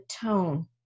tone